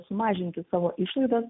sumažinti savo išlaidas